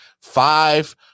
five